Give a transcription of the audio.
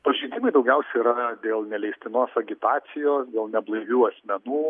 pažeidimai daugiausia yra dėl neleistinos agitacijos dėl neblaivių asmenų